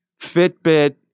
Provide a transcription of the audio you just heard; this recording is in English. Fitbit